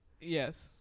Yes